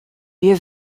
wir